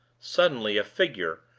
suddenly a figure,